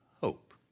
hope